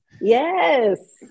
yes